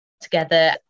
together